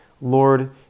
Lord